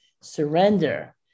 surrender